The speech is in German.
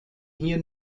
hier